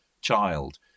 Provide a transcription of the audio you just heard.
child